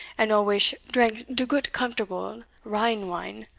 and alwaysh drank de goot comfortable, rhinewine.